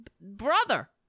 brother